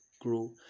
grow